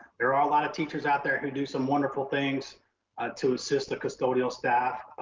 there are a lot of teachers out there who do some wonderful things to assist the custodial staff,